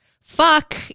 fuck